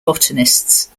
botanists